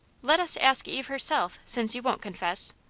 let us ask eve herself, since you won't confess.